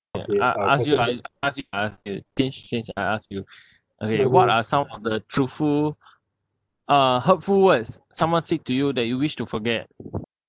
I ask you lah ask you uh I ask you okay what are some of the truthful uh hurtful words someone said to you that you wish to forget